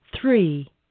three